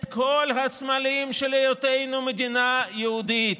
את כל הסמלים של היותנו מדינה יהודית.